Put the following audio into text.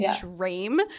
dream